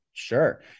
sure